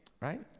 Right